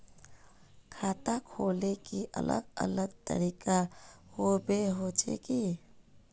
खाता खोले के अलग अलग तरीका होबे होचे की?